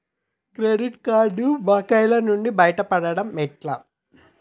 Credit కార్డుల బకాయిల నుండి బయటపడటం ఎట్లా?